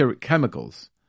chemicals